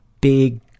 big